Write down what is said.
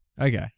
Okay